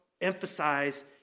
emphasize